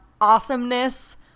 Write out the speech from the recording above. awesomeness